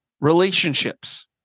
relationships